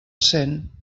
cent